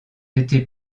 été